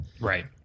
Right